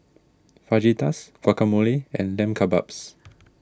Fajitas Guacamole and Lamb Kebabs